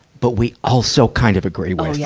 but we also kind of agree with. oh, yeah.